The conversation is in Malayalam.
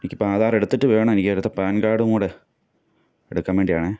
എനിക്കിപ്പം ആധാറെടുത്തിട്ട് വേണം എനിക്കടുത്ത പാൻകാഡും കൂടെ എടുക്കാൻ വേണ്ടിയാണെ